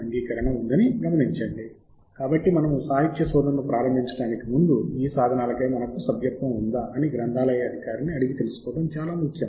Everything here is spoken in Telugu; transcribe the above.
ఎప్పటిలాగే మళ్ళీ మనము అంగీకరణ చేయాలి స్కోపస్ సాధనానికి సాహిత్య శోధనను ప్రారంభించడానికి ముందు మనకు ప్రాప్యత ఉందా అని మనం స్పష్టంగా అడగాలి